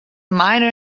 miner